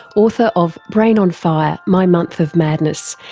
author of brain on fire my month of madness,